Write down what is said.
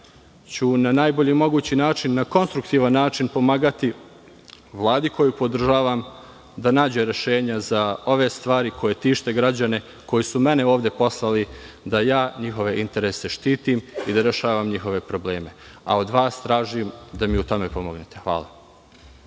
ću na najbolji mogući način, na konstruktivan način pomagati Vladi koju podržavam da nađe rešenja za ove stvari koje tište građane, koji su mene ovde poslali da ja njihove interese štitim i da rešavam njihove probleme, a od vas tražim da mi u tome pomognete. Hvala.